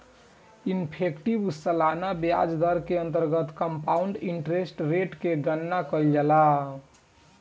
effective सालाना ब्याज दर के अंतर्गत कंपाउंड इंटरेस्ट रेट के गणना कईल जाला